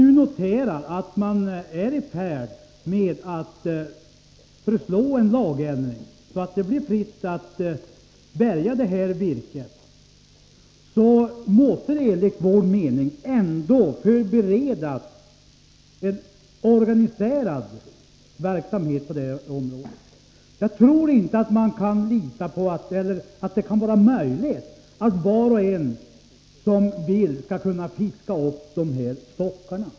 Vi noterar att man är i färd med att föreslå en lagändring så att det blir fritt att bärga sjunkvirket. Men det måste ändå enligt vår mening förberedas en organiserad verksamhet på området. Jag tror inte att det är möjligt att var och en som vill, skall kunna fiska upp de sjunkna stockarna.